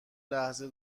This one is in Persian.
لحظه